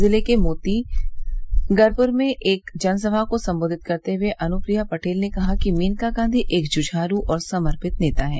जिले के मोतीगरपुर में एक जनसभा को संबोधित करते हुए अनुप्रिया पटेल ने कहा कि मेनका गांधी एक जुझारू और समर्पित नेता है